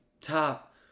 top